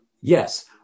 yes